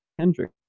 Kendrick